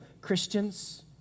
Christians